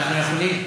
אנחנו יכולים.